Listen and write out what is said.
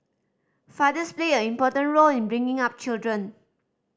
fathers play a important role in bringing up children